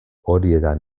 horietan